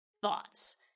Thoughts